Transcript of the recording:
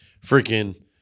freaking